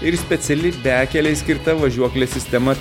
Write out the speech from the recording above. ir speciali bekelei skirta važiuoklės sistema